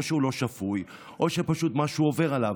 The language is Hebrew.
או שהוא לא שפוי או שמשהו עובר עליו.